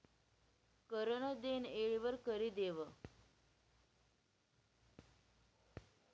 कर नं देनं येळवर करि देवं